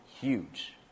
huge